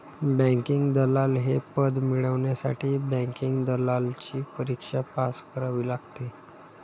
banking दलाल हे पद मिळवण्यासाठी बँकिंग दलालची परीक्षा पास करावी लागते